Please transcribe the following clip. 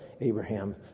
Abraham